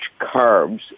carbs